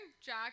Jack